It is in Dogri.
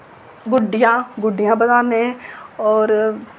गुड्डियां गुड्डियां बनान्ने और